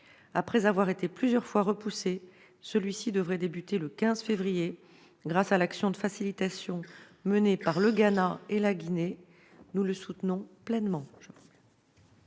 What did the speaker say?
Après avoir été plusieurs fois repoussé, le dialogue devrait débuter le 15 février prochain grâce à l'action de facilitation menée par le Ghana et la Guinée ; nous le soutenons pleinement.